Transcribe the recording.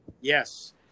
Yes